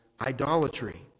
idolatry